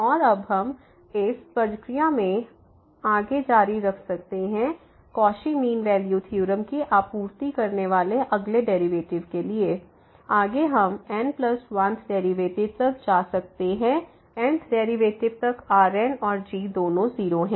और अब हम इस इस प्रक्रिया को आगे जारी रख सकते हैं कौशी मीन वैल्यू थ्योरम की आपूर्ति करने वाले अगले डेरिवेटिव के लिए आगे हम n1th डेरिवेटिव तक जा सकते हैं n th डेरिवेटिव तक Rn और g दोनों 0 हैं